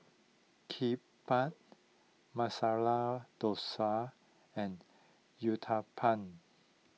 Kimbap Masala Dosa and Uthapam